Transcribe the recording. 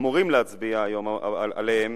אמורים להצביע היום עליהם